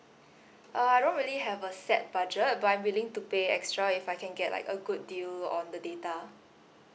uh I don't really have a set budget but I'm willing to pay extra if I can get like a good deal on the data